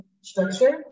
structure